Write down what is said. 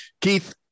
Keith